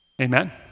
Amen